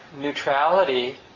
neutrality